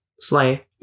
slay